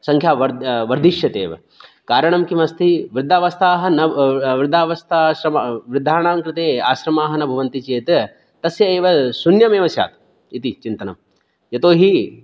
सङ्ख्या वर् वर्धिष्यते एव कारणं किम् अस्ति वृद्धावस्थाः न वृद्धावस्थाश्रम् वृद्धानां कृते आश्रमाः न भवन्ति चेत् तस्य एव शून्यम् एव स्यात् इति चिन्तनं यतोहि